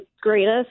greatest